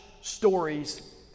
stories